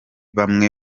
bamwe